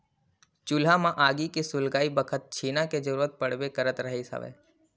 चूल्हा म आगी के सुलगई बखत छेना के जरुरत पड़बे करत रिहिस हवय